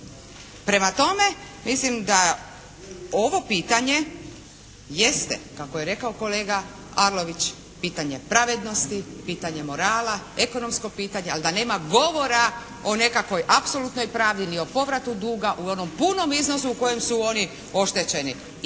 Prema tome, mislim da ovo pitanje jeste kako je rekao kolega Arlović pitanje pravednosti, pitanje morala, ekonomsko pitanje, ali da nema govora o nekakvoj apsolutnoj pravdi ni o povratu duga u onom punom iznosu u kojem su oni oštećeni